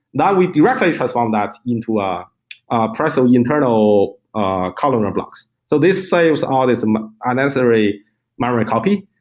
that we directly transform that into ah a personal yeah internal ah columnar blocks. so this saves all this um unnecessary memory copy.